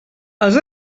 els